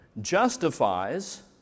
Justifies